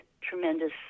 tremendous